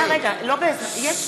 (קוראת בשמות חברי הכנסת)